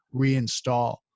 reinstall